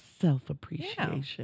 self-appreciation